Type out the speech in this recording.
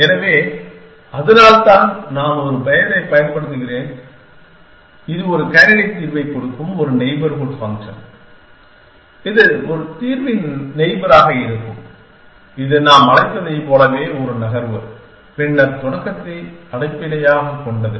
எனவே அதனால்தான் நான் ஒரு பெயரைப் பயன்படுத்துகிறேன் இது ஒரு கேண்டிடேட் தீர்வைக் கொடுக்கும் ஒரு நெய்பர்ஹூட் ஃபங்க்ஷன் இது தீர்வின் ஒரு நெய்பராக இருக்கும் இது நாம் அழைத்ததைப் போலவே ஒரு நகர்வு பின்னர் தொடக்கத்தை அடிப்படையாகக் கொண்டது